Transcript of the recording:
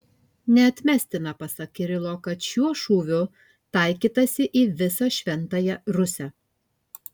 neatmestina pasak kirilo kad šiuo šūviu taikytasi į visą šventąją rusią